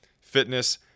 fitness